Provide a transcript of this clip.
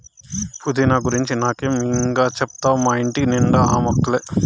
పుదీనా గురించి నాకే ఇం గా చెప్తావ్ మా ఇంటి నిండా ఆ మొక్కలే